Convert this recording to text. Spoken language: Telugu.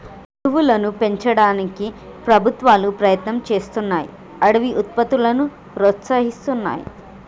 అడవులను పెంచడానికి ప్రభుత్వాలు ప్రయత్నం చేస్తున్నాయ్ అడవి ఉత్పత్తులను ప్రోత్సహిస్తున్నాయి